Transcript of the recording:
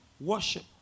Worship